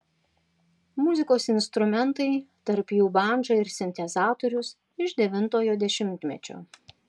muzikos instrumentai tarp jų bandža ir sintezatorius iš devintojo dešimtmečio